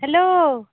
hello